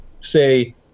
say